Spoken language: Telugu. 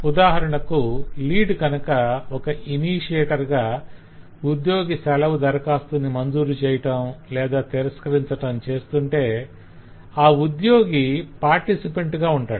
ఉదాహరణకు లీడ్ కనుక ఒక ఇనిషియేటర్ గా ఉద్యోగి సెలవు దరఖాస్తుని మంజూరు చేయటం లేదా తిరస్కరించటం చేస్తుంటే ఆ ఉద్యోగి పార్టిసిపాంట్ గా ఉంటాడు